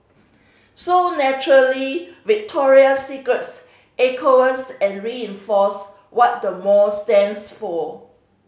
so naturally Victoria's Secret echoes and reinforces what the mall stands for